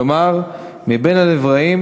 כלומר: מבין הנבראים,